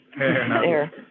Air